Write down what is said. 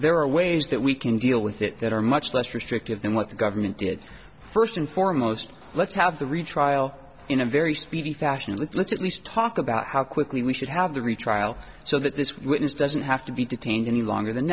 there are ways that we can deal with it that are much less restrictive than what the government did first and foremost let's have the retrial in a very speedy fashion let's at least talk about how quickly we should have the retrial so that this witness doesn't have to be detained any longer than